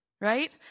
right